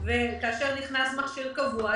כאשר נכנס מכשיר קבוע.